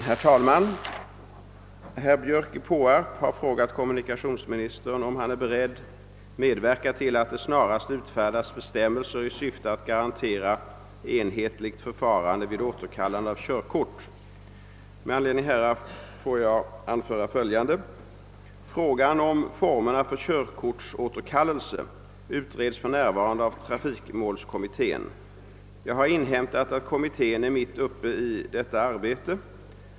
Herr talman! Herr Björk i Påarp har frågat kommunikationsministern om han är beredd medverka till att det snarast utfärdas bestämmelser i syfte att garantera enhetligt förfarande vid återkallande av körkort. Frågan har överlämnats till mig för besvarande. Med anledning härav får jag anföra följande. Frågan om formerna för körkortsåterkallelse utreds för närvarande av trafikmålskommittén. Jag har inhämtat att kommittén är mitt uppe i detta arbete.